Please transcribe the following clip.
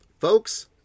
Folks